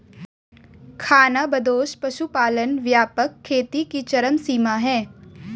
खानाबदोश पशुपालन व्यापक खेती की चरम सीमा है